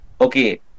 Okay